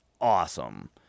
awesome